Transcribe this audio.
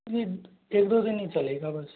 नहीं एक दो दिन ही चलेगा बस